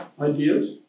ideas